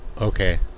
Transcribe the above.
okay